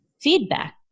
feedback